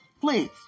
Please